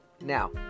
Now